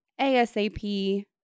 ASAP